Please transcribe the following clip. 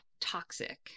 toxic